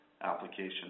application